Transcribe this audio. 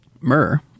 Myrrh